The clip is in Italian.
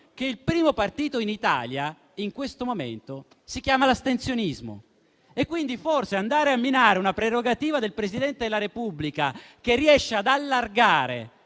che il primo partito in Italia in questo momento si chiama astensionismo. Quindi si andrebbe a minare una prerogativa del Presidente della Repubblica che riesce ad ampliare